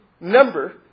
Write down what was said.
number